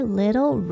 little